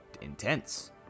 intense